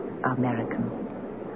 American